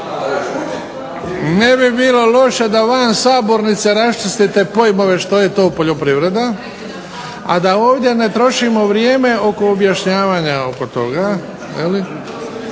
Ne bi bilo loše da van sabornice raščistite pojmove što je to poljoprivreda, a da ovdje ne trošimo vrijeme oko objašnjavanja oko toga.